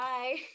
Bye